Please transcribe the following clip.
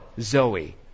Zoe